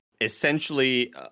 essentially